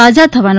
સાજા થવાનો